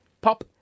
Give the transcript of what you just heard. Pop